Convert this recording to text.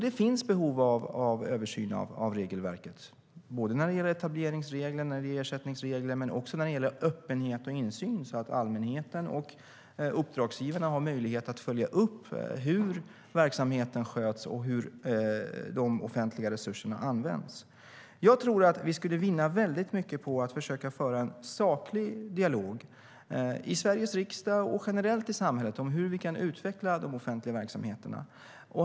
Det finns behov av översyn av regelverket när det gäller såväl etableringsreglerna och ersättningsreglerna som öppenheten och insynen så att allmänheten och uppdragsgivarna har möjlighet att följa upp hur verksamheten sköts och hur de offentliga resurserna används. Jag tror att vi skulle vinna mycket på att försöka föra en saklig dialog i Sveriges riksdag och generellt i samhället om hur vi kan utveckla de offentliga verksamheterna.